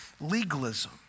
Legalism